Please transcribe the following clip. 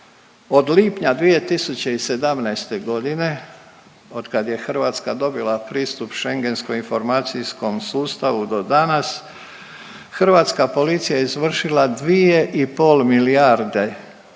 Od lipnja 2017. g. od kad je Hrvatska dobila pristup Šengenskom informacijskom sustavu do danas hrvatska policija izvršila 2,5 milijarde